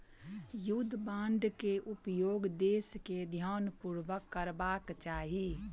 युद्ध बांड के उपयोग देस के ध्यानपूर्वक करबाक चाही